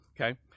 Okay